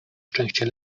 szczęście